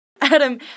Adam